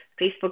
Facebook